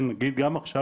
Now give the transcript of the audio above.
גם עכשיו,